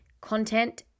content